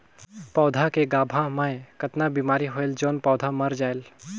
पौधा के गाभा मै कतना बिमारी होयल जोन पौधा मर जायेल?